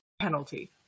penalty